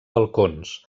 balcons